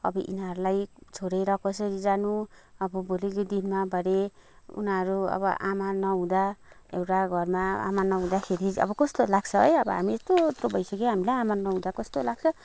अब इनीहरूलाई छोडेर कसरी जानु अब भोलिको दिनमा भरे उनीहरू अब आमा नहुँदा एउटा घरमा आमा नहुदाँखेरि अब कस्तो लाग्छ है अब हामी यत्रो यत्रो भइसक्यो हामीलाई आमा नहुँदा कस्तो लाग्छ